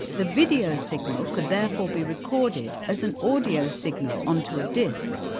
the video signal could therefore be recorded as an audio signal onto a disc.